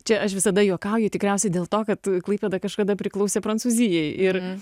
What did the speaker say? čia aš visada juokauju tikriausiai dėl to kad klaipėda kažkada priklausė prancūzijai ir